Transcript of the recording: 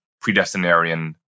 predestinarian